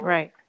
Right